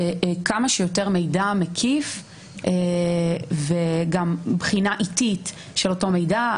כמה שיותר מידע מקיף וגם מבחינה איטית של אותו מידע,